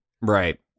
Right